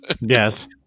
Yes